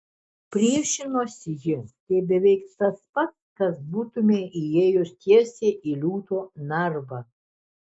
priešinosi ji tai beveik tas pats kad būtumei įėjus tiesiai į liūto narvą